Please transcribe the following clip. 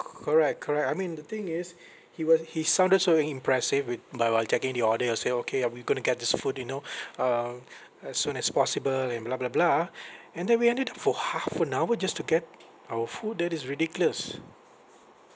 co~ correct correct I mean the thing is he were he sounded so i~ impressive with by while checking the order he'll say okay uh we going to get this food you know um as soon as possible and blah blah blah and then we ended for half an hour just to get our food that is ridiculous